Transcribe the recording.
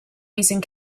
using